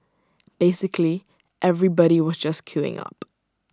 basically everybody was just queuing up